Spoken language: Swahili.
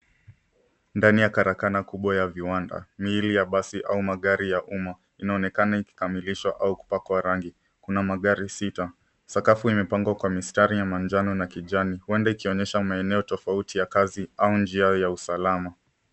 Ndani ya karakana kubwa ya viwanda, miili ya basi au magari ya umma inaonekana ikikamilishwa au kupakwa rangi. Kuna magari sita, sakafu imepangwa kwa mistari ya manjano na kijani. Huenda ikionyesha maeneo tofauti ya kazi au njia ya usalama.